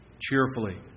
cheerfully